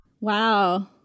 Wow